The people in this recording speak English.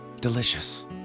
Delicious